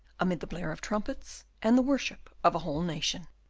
amid the blare of trumpets and the worship of a whole nation.